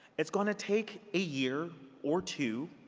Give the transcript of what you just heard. it's going to take a year or two